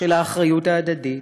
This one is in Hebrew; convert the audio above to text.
של האחריות ההדדית,